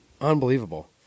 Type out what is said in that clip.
Unbelievable